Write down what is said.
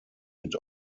mit